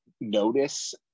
notice